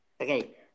Okay